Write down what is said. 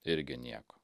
irgi nieko